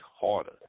harder